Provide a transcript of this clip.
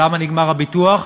למה נגמר הביטוח?